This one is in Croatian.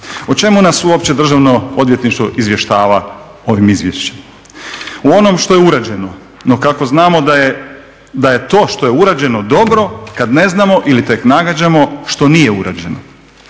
O čemu nas uopće Državno odvjetništvo izvještava ovim izvješćem? O onom što je uređeno. No, kako znamo da je to što je urađeno dobro kad ne znamo ili tek nagađamo što nije urađeno.